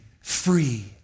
free